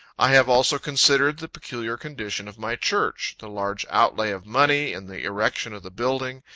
i have also considered the peculiar condition of my church the large outlay of money in the erection of the building,